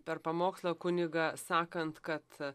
per pamokslą kunigą sakant kad